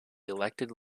elected